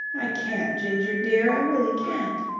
i can't, ginger dear, i really can't.